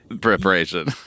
preparation